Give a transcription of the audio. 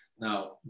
Now